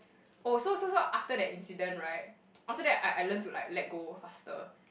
oh so so so after that incident right after that I I learnt to like let go faster